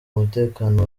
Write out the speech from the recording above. umutekano